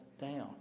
down